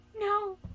No